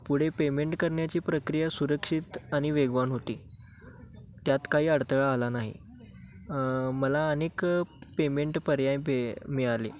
पुढे पेमेंट करण्याची प्रक्रिया सुरक्षित आणि वेगवान होती त्यात काही अडथळा आला नाही मला अनेक पेमेंट पर्याय भे मिळाले